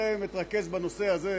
ברשותכם אתרכז בנושא הזה.